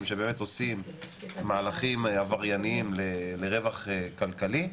שבאמת עושים מהלכים עבריינים לרווח כלכלי,